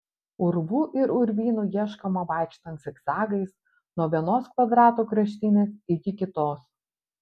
urvų ir urvynų ieškoma vaikštant zigzagais nuo vienos kvadrato kraštinės iki kitos